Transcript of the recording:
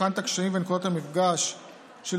יבחן את הקשיים ונקודות המפגש של